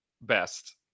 best